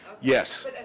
Yes